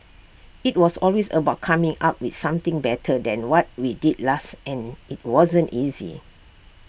IT was always about coming up with something better than what we did last and IT wasn't easy